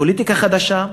פוליטיקה חדשה,